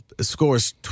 scores